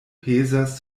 pezas